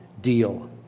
deal